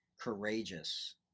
courageous